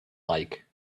like